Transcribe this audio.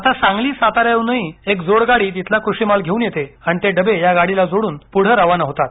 आता सांगली साताऱ्याहूनही एक जोडगाडी तिथला कृषीमाल घेऊन येते आणि ते डबे या गाडीला जोडून पुढे रवाना होतात